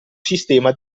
sistema